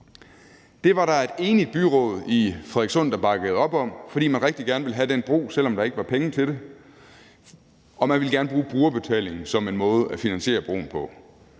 Det var der et enigt byråd i Frederikssund, der bakkede op om, fordi man rigtig gerne ville have den bro, selv om der ikke var penge til det, og man ville gerne bruge brugerbetalingen som en måde at finansiere broen på.